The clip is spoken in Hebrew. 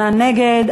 14 בעד, 68 נגד.